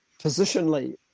positionally